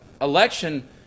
election